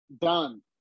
Done